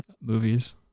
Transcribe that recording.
Movies